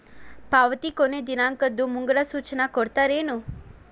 ಪಾವತಿ ಕೊನೆ ದಿನಾಂಕದ್ದು ಮುಂಗಡ ಸೂಚನಾ ಕೊಡ್ತೇರೇನು?